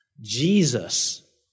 Jesus